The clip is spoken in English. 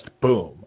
boom